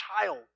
child